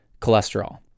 cholesterol